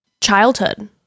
childhood